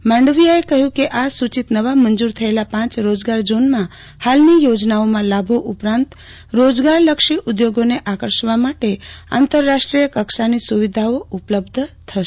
માંડવિયાએ કહ્યું કે આ સૂચિત નવા મંજૂર થયેલા પાંચ રોજગાર ઝોનમાં ફાલની યોજનાઓના લાભો ઉપરાંત રોજગારલક્ષી ઉદ્યોગોને આકર્ષવા માટે આંતરરાષ્ટ્રીય કક્ષાની સુવિધાઓ ઉપલબ્ધ થશે